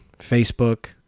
Facebook